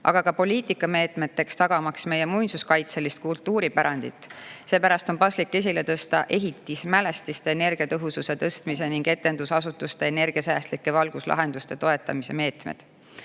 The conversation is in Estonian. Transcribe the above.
aga ka poliitikameetmetes, tagamaks meie muinsuskaitselist kultuuripärandit. Seepärast on paslik esile tõsta ehitismälestiste energiatõhususe tõstmise ning etendusasutuste energiasäästlike valguslahenduste toetamise meetmed.